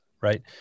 right